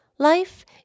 Life